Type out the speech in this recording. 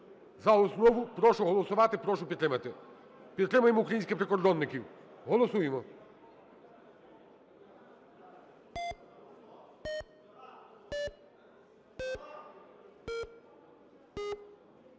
за основу прошу голосувати, прошу підтримати. Підтримаємо українських прикордонників, голосуємо.